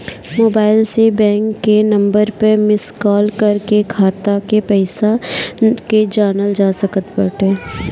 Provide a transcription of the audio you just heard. mobile से bank के number पअ मिस काल कर के खाता के पईसा के जानल जा सकत बाटे